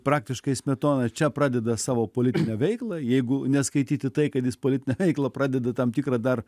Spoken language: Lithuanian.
praktiškai smetona čia pradeda savo politinę veiklą jeigu neskaityti tai kad jis politinę veiklą pradeda tam tikrą dar